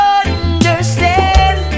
understand